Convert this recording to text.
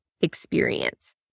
experience